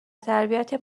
تربیت